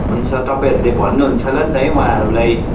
हुन्छ तपाईँहरूले भन्नु हुन्छ होला नि त है उहाँहरूलाई